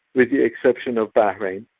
with the exception of bahrain.